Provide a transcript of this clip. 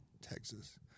Texas